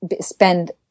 spend